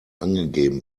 angegeben